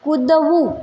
કૂદવું